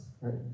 right